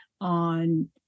on